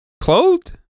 clothed